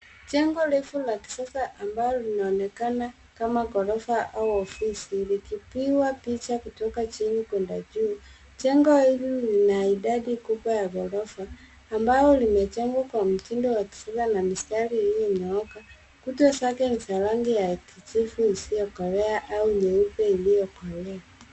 Jengo refu la kisasa ambalo linaonekana kama ghorofa au ofisi, likipigwa picha kutoka chini kwenda juu. Jengo hili lina idadi kubwa ya ghorofa ambalo limejengwa kwa mtindo wa kisasa na mistari iliyo nyooka, kuta zake ni za rangi ya kijivu isiyo kolea au nyeupe iliyo kolea.